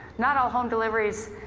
not all home deliveries